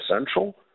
essential